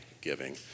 giving